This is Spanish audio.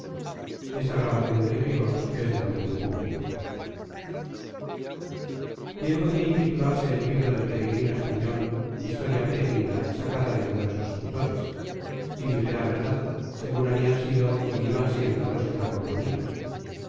bien podia intitularse el libro del peregrino español his toria peregrina sacada de diversos autores y dijera verdad segun habian sido y iban siendo los que la componian